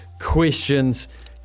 questions